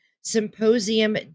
Symposium